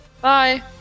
Bye